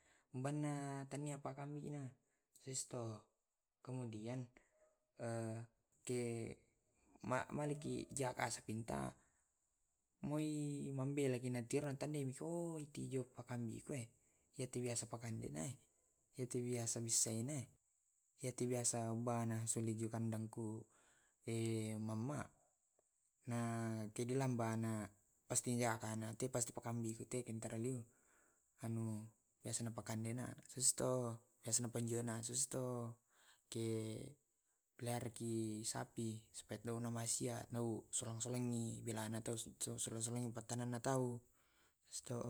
Banna tania pakambina risto, kemudian ke maliki jaka sapi ta mau ii membela ki na tiro na tandai meki oo itu jo pakambiku, itu biasa pakembenay, itu biasa bissaena, itu biasa bana solu jo kandangku mamma. Na kede lambanna pasti a kana te pasti pakambikku te kentara liu. Anu biasa na pakende na sisto biasa na panggil sisto ke pelihara ki sapi supaya tau nama sia tau solang solangi belana tau solang solangi patanna na tau.